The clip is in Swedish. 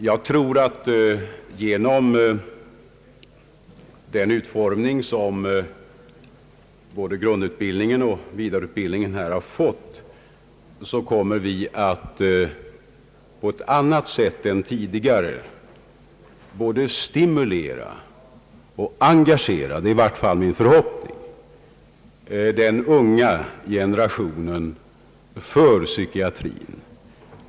Jag tror att vi genom den utformning som både grundutbildningen och vidareutbildningen har fått kommer att på ett helt annnat sätt än tidigare både stimulera och engagera — det är i varje fall min förhoppning — den unga generationen för psykiatrin.